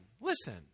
listen